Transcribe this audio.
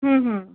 হুম হুম